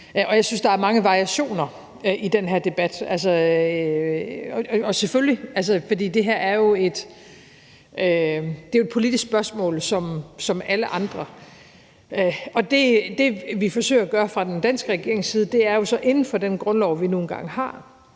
jeg synes, der er mange variationer i den her debat, selvfølgelig, for det her er jo et politisk spørgsmål som alle andre. Og det, vi forsøger at gøre fra den danske regerings side, er jo så inden for den grundlov, vi nu engang har,